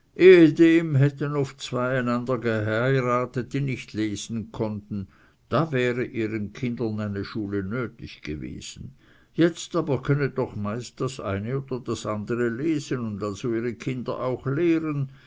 oft zwei einander geheiratet die beide nicht lesen konnten da wäre ihren kindern eine schule nötig gewesen jetzt aber könne doch meist das eine oder das andere lesen und also ihre kinder auch lehren